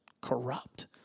corrupt